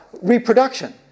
reproduction